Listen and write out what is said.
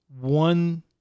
one